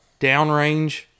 downrange